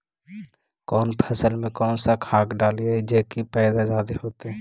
कौन फसल मे कौन सा खाध डलियय जे की पैदा जादे होतय?